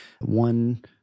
One